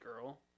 girl